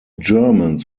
germans